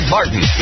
Martin